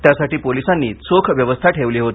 त्यासाठी पोलिसांनी चोख व्यवस्था ठेवली होती